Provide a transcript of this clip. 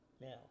now